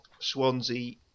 Swansea